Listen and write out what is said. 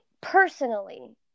personally